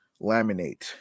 laminate